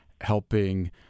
helping